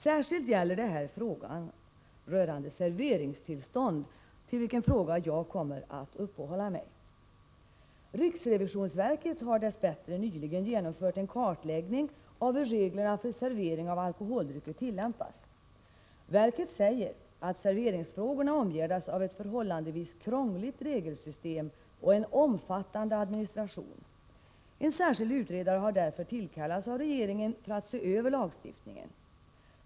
Särskilt gäller detta frågor rörande serveringstillstånd, som jag kommer att uppehålla mig vid. Riksrevisionsverket har dess bättre nyligen genomfört en kartläggning av hur reglerna för servering av alkoholdrycker tillämpas. Verket säger att serveringsfrågorna omgärdas av ett förhållandevis krångligt regelsystem och en omfattande administration. En särskild utredare har därför tillkallats av regeringen för att se över lagstiftningen.